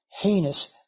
heinous